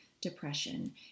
depression